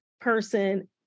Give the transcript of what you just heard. person